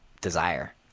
desire